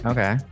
Okay